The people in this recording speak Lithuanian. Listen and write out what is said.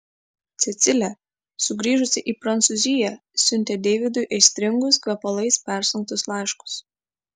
cecilė sugrįžusi į prancūziją siuntė deividui aistringus kvepalais persunktus laiškus